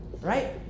Right